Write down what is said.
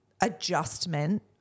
adjustment